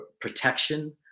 protection